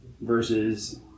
versus